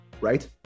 right